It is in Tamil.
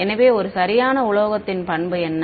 எனவே ஒரு சரியான உலோகத்தின் பண்பு என்ன